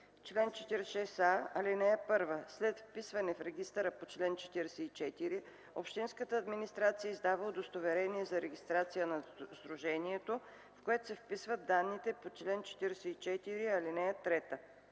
Чл. 46а. (1) След вписване в регистъра по чл. 44 общинската администрация издава удостоверение за регистрация на сдружението, в което се вписват данните по чл. 44, ал. 3.